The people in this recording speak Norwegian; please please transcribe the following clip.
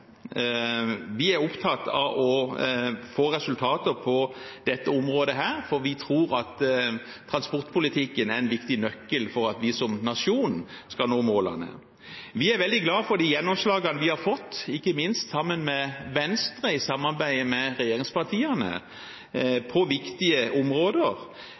Vi er opptatt av å få resultater på dette området, for vi tror at transportpolitikken er en viktig nøkkel for at vi som nasjon skal nå målene. Vi er veldig glad for gjennomslagene vi har fått, ikke minst sammen med Venstre, i samarbeid med regjeringspartiene på viktige områder.